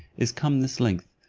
is come this length,